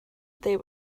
they